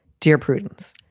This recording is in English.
dear prudence.